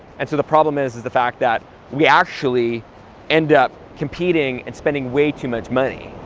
and so the problem is, is the fact that we actually end up competing, and spending way too much money,